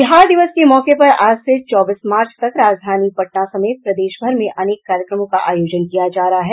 बिहार दिवस के मौके पर आज से चौबीस मार्च तक राजधानी पटना समेत प्रदेशभर में अनेक कार्यक्रमों का आयोजन किया जा रहा है